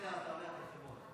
אתה הולך לפי הסדר?